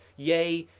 yea,